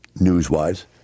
news-wise